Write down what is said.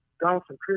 Donaldson